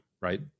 right